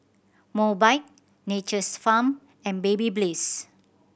Mobike Nature's Farm and Babyliss